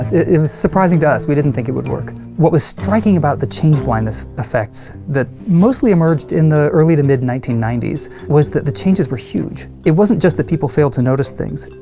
it was surprising to us. we didn't think it would work. what was striking about the change blindness effects that mostly emerged in the early to mid nineteen ninety s was that the changes were huge. it wasn't just that people failed to notice things,